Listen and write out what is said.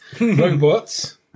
robots